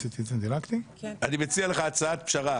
אני מציע לך הצעת פשרה